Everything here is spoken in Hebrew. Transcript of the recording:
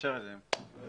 תתקשר אליהם.